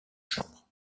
chambre